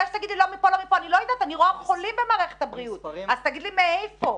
אני רואה חולים במערכת הבריאות, אז תאמר לי מאיפה.